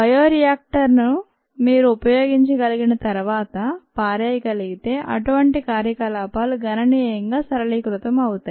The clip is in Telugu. బయోరియాక్టర్ ను మీరు ఉపయోగించగలిగి తర్వాత పారేయగలిగితే అటువంటి కార్యకలాపాలు గణనీయంగా సరళీకృతం అవుతాయి